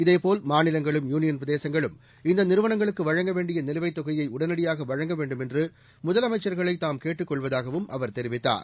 இதேபோல் மாநிலங்களும் யூனியன் பிரதேசங்களும் இந்த நிறுவனங்களுக்கு வழங்க வேண்டிய நிலுவைத் தொகைய உடனடியாக வழங்க வேண்டும் என்று முதலமைச்சர்களை தாம் கேட்டுக் கொள்வதாகவும் அவர் தெரிவித்தார்